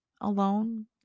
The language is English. alone